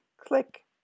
click